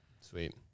Sweet